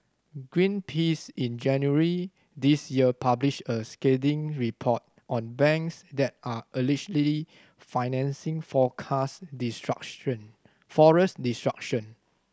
greenpeace in January this year published a scathing report on banks that are allegedly financing forecast destruction forest destruction